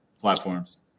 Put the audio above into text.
platforms